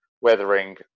weathering